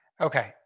Okay